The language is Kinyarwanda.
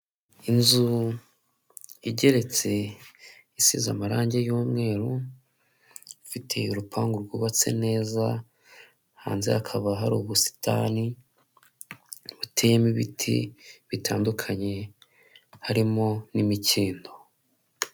Inzu igeretse isize amarangi y'umweru afite urupangu rwubatse neza, hanze hakaba hari ubusitani buteyemo ibiti bitandukanye, harimo n'imikindo.